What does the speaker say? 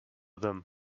them